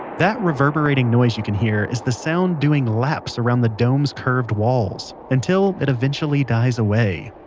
that reverberating noise you can hear is the sound doing laps around the dome's curved walls, until it eventually dies away